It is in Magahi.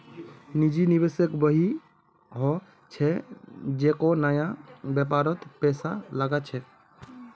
निजी निवेशक वई ह छेक जेको नया व्यापारत पैसा लगा छेक